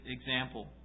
example